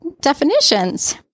definitions